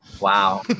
Wow